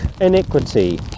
iniquity